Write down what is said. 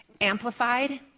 amplified